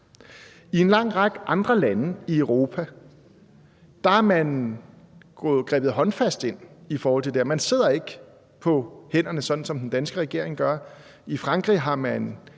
I en lang række andre lande i Europa har man grebet håndfast ind i forhold til det her. Man sidder ikke på hænderne, sådan som den danske regering gør. I Frankrig har man